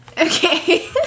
Okay